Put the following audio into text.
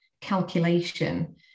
calculation